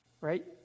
right